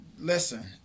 Listen